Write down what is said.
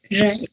Right